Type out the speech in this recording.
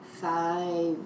five